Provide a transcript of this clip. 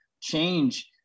change